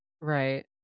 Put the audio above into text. right